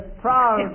proud